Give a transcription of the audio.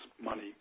money